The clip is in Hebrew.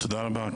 תודה רבה.